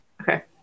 Okay